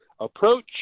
approach